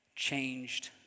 Changed